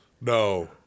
No